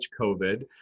COVID